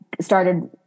started